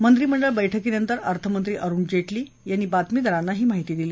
मंत्रिमंडळ बैठकीनंतर अर्थमंत्री अरुण जेटली यांनी बातमीदारांना ही माहिती दिली